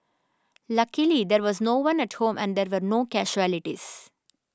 luckily there was no one at home and there were no casualties